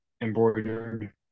embroidered